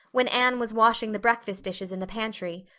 when anne was washing the breakfast dishes in the pantry,